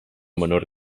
menor